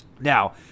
Now